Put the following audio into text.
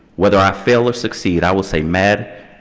whether i fail or succeed, i will say, mad,